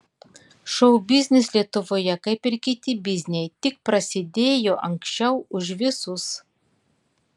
šou biznis lietuvoje kaip ir kiti bizniai tik prasidėjo anksčiau už visus